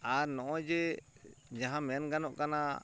ᱟᱨ ᱱᱚᱜᱼᱚᱭ ᱡᱮ ᱡᱟᱦᱟᱸ ᱢᱮᱱ ᱜᱟᱱᱚᱜ ᱠᱟᱱᱟ